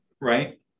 right